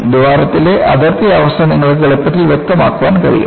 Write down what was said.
ദ്വാരത്തിലെ അതിർത്തി അവസ്ഥ നിങ്ങൾക്ക് എളുപ്പത്തിൽ വ്യക്തമാക്കാൻ കഴിയും